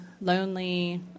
lonely